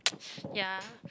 ya